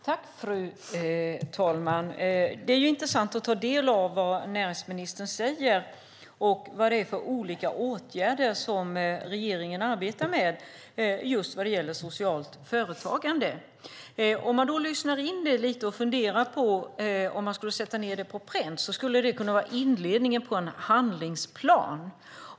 Fru talman! Det är intressant att ta del av det näringsministern säger om de olika åtgärder som regeringen arbetar med när det gäller socialt företagande. Om man lyssnar på det och funderar på hur man skulle sätta ned det på pränt skulle det kunna vara inledningen på en handlingsplan.